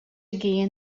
gean